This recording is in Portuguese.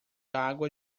água